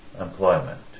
employment